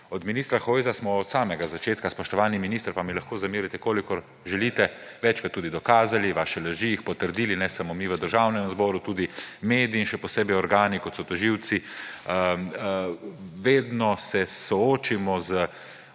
Ministru Hojsu smo od samega začetka, spoštovani minister, pa mi lahko zamerite kolikor želite, večkrat tudi dokazali vaše laži, jih potrdili, ne samo mi v Državnem zboru, tudi mediji in še posebej organi, kot so tožilci. Vedno se soočimo z